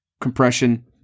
compression